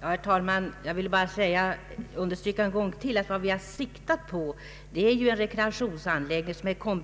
hemställan.